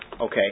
Okay